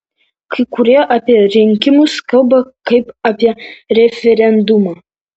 kai kurie apie rinkimus kalba kaip apie referendumą